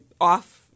off